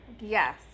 Yes